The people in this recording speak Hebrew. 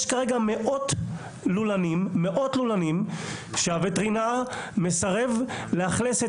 יש כרגע מאות לולנים שהווטרינר מסרב לאכלס את